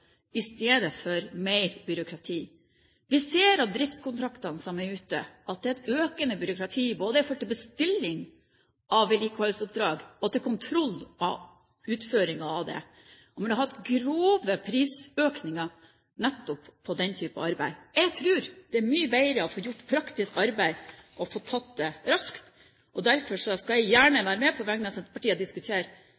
i stedet for mer byråkrati. Vi ser av driftskontraktene som er ute, at det er et økende byråkrati i forhold til både bestilling av vedlikeholdsoppdrag og kontroll av utføringen av dem. En burde hatt grove prisøkninger nettopp på den typen arbeid. Jeg tror det er mye bedre å få gjort praktisk arbeid og få tatt det raskt. Derfor skal jeg gjerne